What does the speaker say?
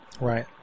Right